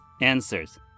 Answers